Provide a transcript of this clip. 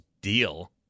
deal